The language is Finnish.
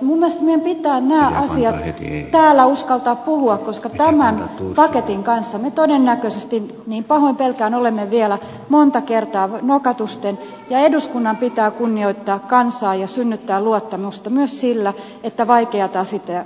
minun mielestäni meidän pitää nämä asiat täällä uskaltaa puhua koska tämän paketin kanssa me todennäköisesti niin pahoin pelkään olemme vielä monta kertaa nokatusten ja eduskunnan pitää kunnioittaa kansaa ja synnyttää luottamusta myös sillä että vaikeat